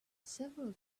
several